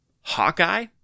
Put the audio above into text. Hawkeye